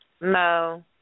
No